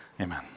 amen